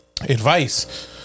Advice